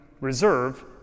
reserve